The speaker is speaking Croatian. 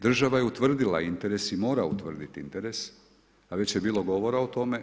Država je utvrdila, interes je morao utvrditi interes a već je bilo govora o tome.